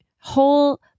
whole